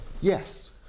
Yes